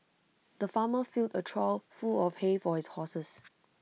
the farmer filled A trough full of hay for his horses